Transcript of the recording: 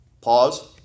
Pause